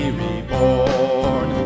reborn